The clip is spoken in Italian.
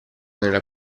nella